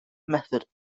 method